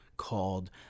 called